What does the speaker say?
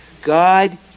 God